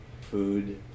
food